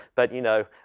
but, you know,